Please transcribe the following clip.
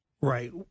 Right